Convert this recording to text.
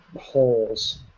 holes